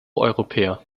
europäer